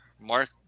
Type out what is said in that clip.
Mark